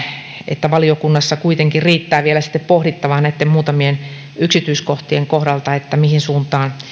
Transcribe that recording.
että valiokunnassa kuitenkin riittää vielä pohdittavaa näitten muutamien yksityiskohtien kohdalta mihin suuntaan